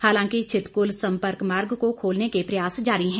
हालांकि छितकुल सम्पर्क मार्ग को खोलने के प्रयास जारी हैं